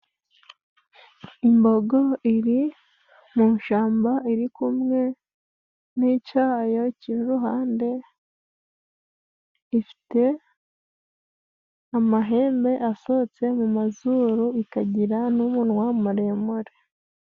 Imbogo iri mu ishamba iri kumwe n'icayo ciri iruhande, ifite amahembe asohotse mu mazuru, ikagira n'umunwa muremure.